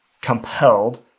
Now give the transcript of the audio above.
compelled